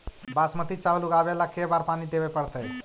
बासमती चावल उगावेला के बार पानी देवे पड़तै?